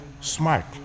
smart